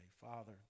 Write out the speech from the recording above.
Father